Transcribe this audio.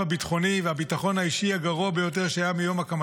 אני מתכבד להזמין את חבר הכנסת רם בן